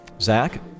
Zach